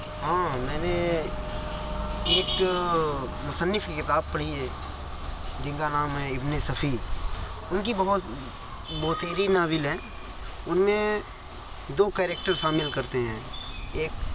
ہاں میں نے ایک مصنف کی کتاب پڑھی ہے جن کا نام ہے ابن صفی ان کی بہت بہتیری ناول ہیں ان میں دو کیریکٹر شامل کرتے ہیں ایک